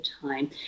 time